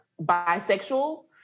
bisexual